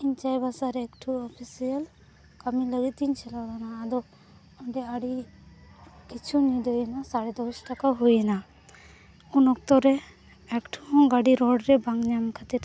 ᱤᱧ ᱪᱟᱭᱵᱟᱥᱟ ᱨᱮ ᱮᱠᱴᱩ ᱠᱟᱹᱢᱤ ᱞᱟᱹᱜᱤᱫᱛᱮᱧ ᱪᱟᱞᱟᱣ ᱞᱮᱱᱟ ᱟᱫᱚ ᱚᱸᱰᱮ ᱟᱹᱰᱤ ᱠᱤᱪᱷᱩ ᱧᱤᱫᱟᱹᱭᱮᱱᱟ ᱥᱟᱲᱮ ᱫᱚᱥᱴᱟ ᱠᱚ ᱦᱩᱭᱮᱱᱟ ᱩᱱ ᱚᱠᱛᱚᱨᱮ ᱮᱠᱴᱩ ᱦᱚᱸ ᱜᱟᱹᱰᱤ ᱨᱮ ᱵᱟᱝ ᱧᱟᱢ ᱠᱷᱟᱛᱤᱨ